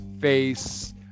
face